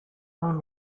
own